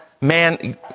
man